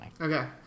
Okay